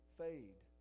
fade